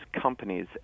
companies